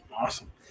Awesome